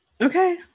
okay